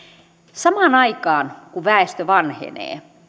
samaan aikaan kun väestö vanhenee